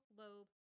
lobe